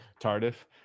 Tardif